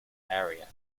area